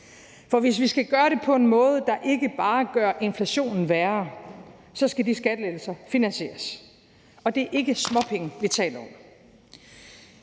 for hvis vi skal gøre det på en måde, der ikke bare gør inflationen værre, så skal de skattelettelser finansieres. Og det er ikke småpenge, vi taler om.